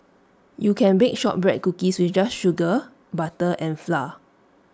you can bake Shortbread Cookies with just sugar butter and flour